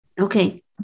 Okay